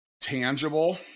tangible